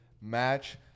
match